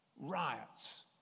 riots